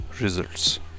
results